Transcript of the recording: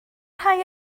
rhai